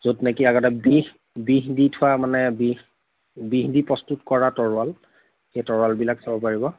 য'ত নেকি আগতে বিষ বিষ দি থোৱা মানে বিষ বিহ দি প্ৰস্তুত কৰা তৰোৱাল সেই তৰোৱালবিলাক চাব পাৰিব